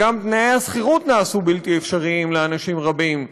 וגם תנאי השכירות נעשו בלתי אפשריים לאנשים רבים: